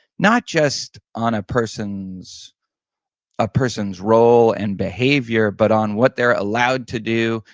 not just on a person's ah person's role and behavior, but on what they're allowed to do,